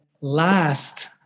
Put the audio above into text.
last